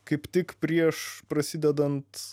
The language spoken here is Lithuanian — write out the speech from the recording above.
kaip tik prieš prasidedant